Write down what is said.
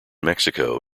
mexico